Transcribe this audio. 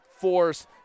force